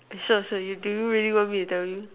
sir sir you do you really want me to tell you